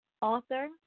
Author